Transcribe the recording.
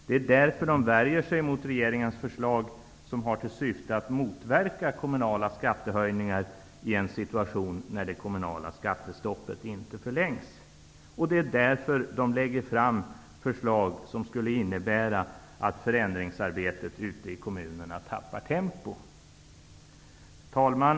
Det är därför de värjer sig mot regeringens förslag, som har till syfte att motverka kommunala skattehöjningar i en situation när det kommunala skattestoppet inte förlängs. De är därför de lägger fram förslag som skulle innebära att förändringsarbetet ute i kommunerna tappar tempo. Herr talman!